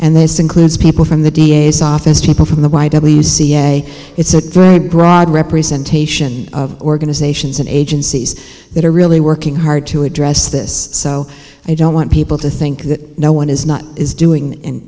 and this includes people from the d a s office people from the y w ca it's a very broad representation of organizations and agencies that are really working hard to address this so i don't want people to think that no one is not is doing